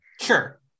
Sure